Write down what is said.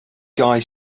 guy